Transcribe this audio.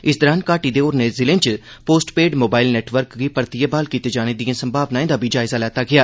इस दौरान घाटी दे होरनें हिलें च पोस्ट पेड मोबाईल नेटवर्क गी परतियै ब्हाल कीते जाने दिए संभावनाएं दा बी जायजा लैता गेआ